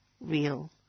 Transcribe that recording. real